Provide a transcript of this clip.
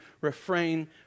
refrain